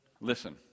Listen